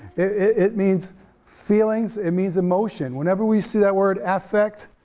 it means feelings, it means emotion. whenever we see that word affect,